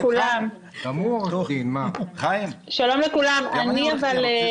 אני מבינה שמנכ"ל הביטוח הלאומי מבקש להכניס איזה